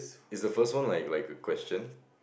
is the first one like like a question